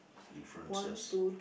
differences